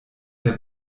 der